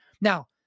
Now